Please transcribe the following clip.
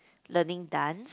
learning dance